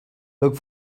look